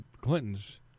Clintons